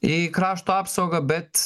į krašto apsaugą bet